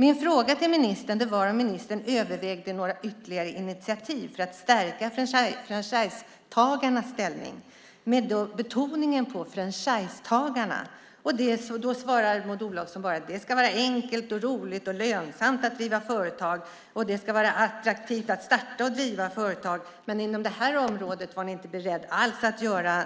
Min fråga till ministern var om ministern övervägde några ytterligare initiativ för att stärka franchisetagarnas ställning, med betoning på franchisetagarna . Då svarar Maud Olofsson bara att det ska vara enkelt, roligt och lönsamt att driva företag, och det ska vara attraktivt att starta och driva företag. Men inom det här området var hon inte alls beredd att göra